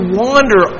wander